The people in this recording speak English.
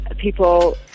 people